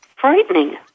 frightening